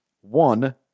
one